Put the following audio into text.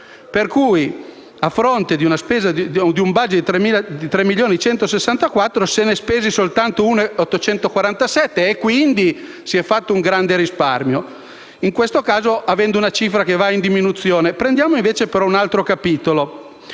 Per cui, a fronte di un *budget* di 3.164.000, se ne sono spesi solo 1.847.000; quindi si è fatto un grande risparmio. In questo caso abbiamo una cifra che va in diminuzione. Prendiamo invece il capitolo